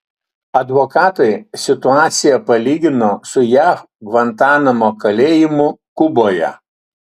advokatai situaciją palygino su jav gvantanamo kalėjimu kuboje